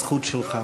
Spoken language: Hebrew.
הזכות שלך.